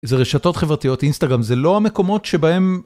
זה רשתות חברתיות, אינסטגרם, זה לא המקומות שבהם...